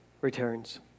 returns